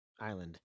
island